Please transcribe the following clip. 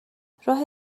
راه